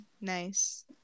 nice